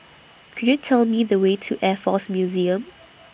Could YOU Tell Me The Way to Air Force Museum